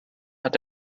hat